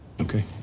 Okay